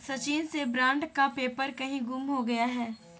सचिन से बॉन्ड का पेपर कहीं गुम हो गया है